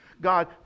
God